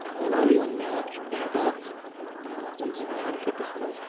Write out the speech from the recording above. حال حالٕے اوٚن مےٚ اَکھ پٮ۪نٛٹ اَکھ کۄلگامہِ مارکیٹَس منٛز